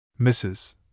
Mrs